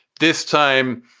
this time,